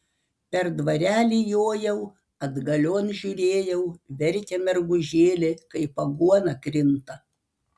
per dvarelį jojau atgalion žiūrėjau verkia mergužėlė kaip aguona krinta